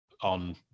on